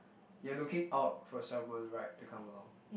you are looking out for someone right to come along